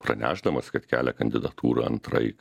pranešdamas kad kelia kandidatūrą antrai